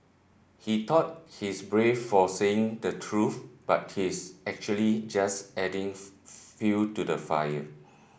he thought he's brave for saying the truth but he's actually just adding fuel to the fire